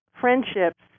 friendships